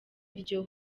iryo